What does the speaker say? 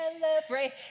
celebrate